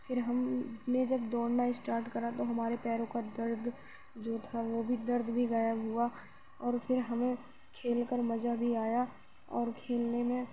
پھر ہم نے جب دوڑنا اسٹاٹ کرا تو ہمارے پیروں کا درد جو تھا وہ بھی درد بھی غائب ہوا اور پھر ہمیں کھیل کر مزا بھی آیا اور کھیلنے میں